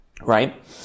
right